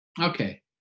Okay